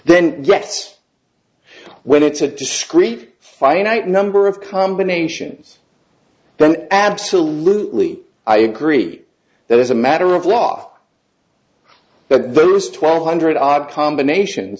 then yes when it's a discrete finite number of combinations then absolutely i agree there is a matter of law but those twelve hundred odd combination